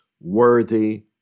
worthy